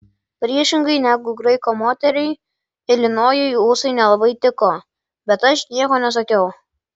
priešingai negu graiko moteriai ilinojui ūsai nelabai tiko bet aš nieko nesakiau